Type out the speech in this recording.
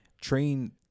train